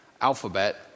alphabet